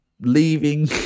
leaving